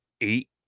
eight